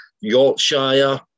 Yorkshire